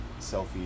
selfie